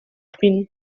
kpin